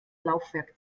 laufwerk